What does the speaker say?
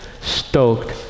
stoked